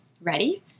ready